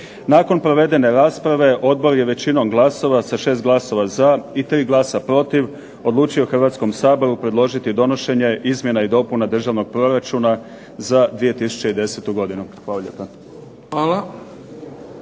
Nakon provedene rasprave odbor je većinom glasova, sa 6 glasova za i 3 glasa protiv, odlučio Hrvatskom saboru predložiti donošenje izmjena i dopuna Državnog proračuna za 2010. godinu. Hvala